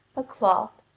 a cloth,